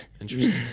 Interesting